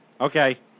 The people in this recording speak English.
Okay